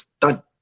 done